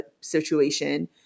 situation